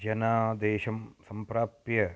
जनादेशं सम्प्राप्य